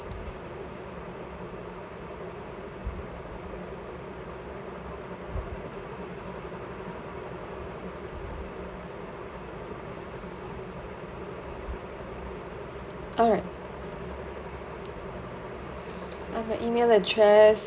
alright okay E-mail address